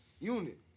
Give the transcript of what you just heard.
unit